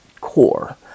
core